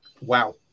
wow